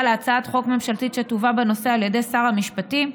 להצעת חוק ממשלתית שתובא בנושא על ידי שר המשפטים,